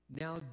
Now